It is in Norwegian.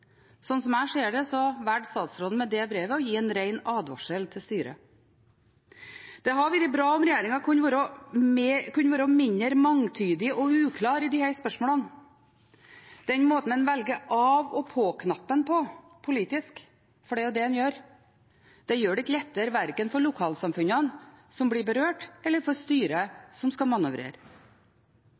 jeg ser det, valgte statsråden med det brevet å gi en ren advarsel til styret. Det hadde vært bra om regjeringen kunne vært mindre mangetydig og uklar i disse spørsmålene. Den måten en velger av/på-knappen på politisk – for det er det en gjør – gjør det ikke lettere verken for lokalsamfunnene som blir berørt, eller for styret, som skal